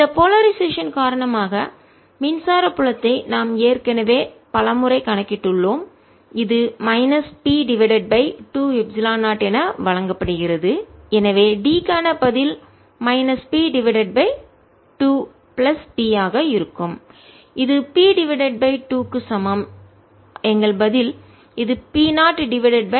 இந்த போலரைசேஷன் காரணமாக மின்சார புலத்தை நாம் ஏற்கனவே பல முறை கணக்கிட்டுள்ளோம் இது மைனஸ் P டிவைடட் பை 2எப்சிலன் 0 என வழங்கப்படுகிறது எனவே D க்கான பதில் minus P divided by 2 plus P ஆக இருக்கும் இது P டிவைடட் பை 2 க்கு சமம் எங்கள் பதில் இது P 0 டிவைடட் பை 2 x க்கு சமம்